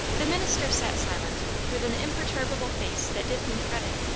the minister sat silent, with an imperturbable face that did him credit.